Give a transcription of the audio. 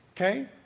okay